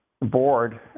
board